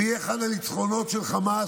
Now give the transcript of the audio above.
זה יהיה אחד הניצחונות של חמאס,